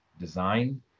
design